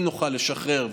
אם נוכל לשחרר,